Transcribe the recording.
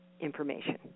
information